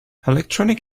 electronic